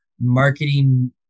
marketing